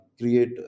create